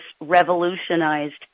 revolutionized